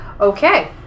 Okay